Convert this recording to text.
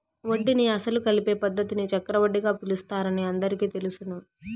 వడ్డీని అసలు కలిపే పద్ధతిని చక్రవడ్డీగా పిలుస్తారని అందరికీ తెలుసును